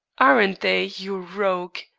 aren't they, you rogue!